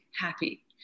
happy